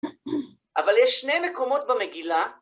אבל יש שני מקומות במגילה.